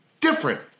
different